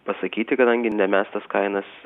pasakyti kadangi ne mes tas kainas